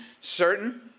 certain